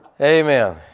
Amen